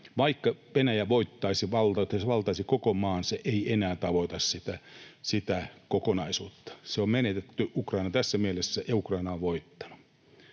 Vaikka Venäjä voittaisi, valtaisi koko maan, se ei enää tavoita sitä kokonaisuutta. Tässä mielessä se on menetetty ja Ukraina on voittanut.